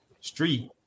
street